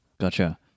Gotcha